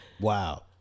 Wow